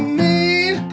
need